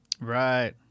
Right